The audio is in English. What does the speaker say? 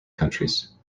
countries